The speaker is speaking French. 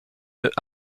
nœuds